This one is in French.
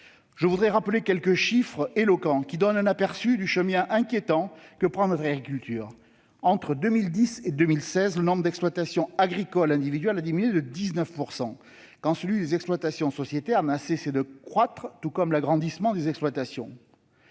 Je voudrais rappeler quelques chiffres éloquents, qui donnent un aperçu du chemin inquiétant que prend notre agriculture : entre 2010 et 2016, le nombre d'exploitations agricoles individuelles a diminué de 19 %, quand celui des exploitations sociétaires n'a cessé de croître, tout comme l'agrandissement des exploitations.